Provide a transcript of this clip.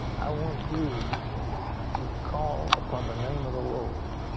i want you to call upon the name of the lord.